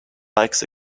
bikes